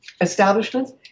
establishments